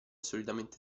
solitamente